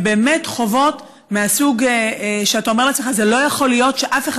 הם באמת חובות מהסוג שאתה אומר לעצמך: זה לא יכול להיות שאף אחד